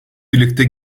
birlikte